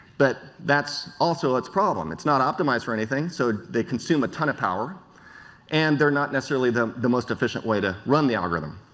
but that's also its problem. it's not optimized for anything so they consume a ton of power and they are not not the the most efficient way to run the algorithm.